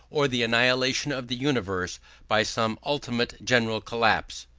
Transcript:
or the annihilation of the universe by some ultimate general collapse.